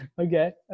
Okay